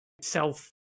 self